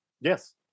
Yes